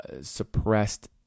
suppressed